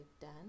done